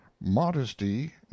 modesty